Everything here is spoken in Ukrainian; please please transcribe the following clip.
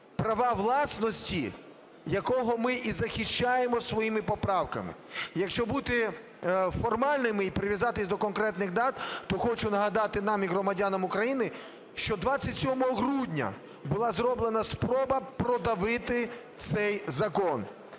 права власності якого ми і захищаємо своїми поправками. Якщо бути формальними і прив'язуватися до конкретних дат, то хочу нагадати нам і громадянам України, що 27 грудня була зроблена спроба продавити цей закон.